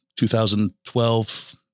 2012